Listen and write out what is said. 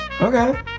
Okay